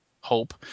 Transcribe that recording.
hope